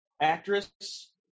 actress